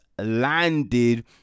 landed